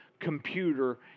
Computer